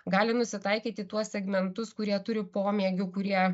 gali nusitaikyt į tuos segmentus kurie turi pomėgių kurie